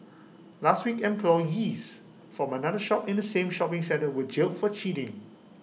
last week employees from another shop in the same shopping centre were jailed for cheating